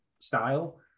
style